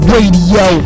Radio